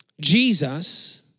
Jesus